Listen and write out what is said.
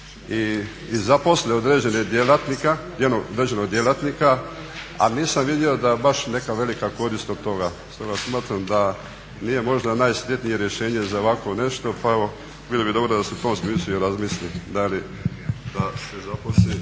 i zaposle jednog određenog djelatnika, a nisam vidio da baš neka velika korist od toga. Stoga smatram da nije možda najsretnije rješenje za ovako nešto, pa evo bilo bi dobro da se u tom smislu i razmisli da li da se zaposli